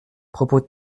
propos